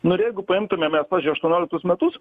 nu ir jeigu paimtumėm mes pavyzdžiui aštuonioliktus metus